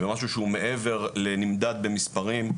ומשהו שהוא מעבר לנמדד במספרים.